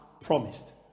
promised